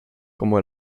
como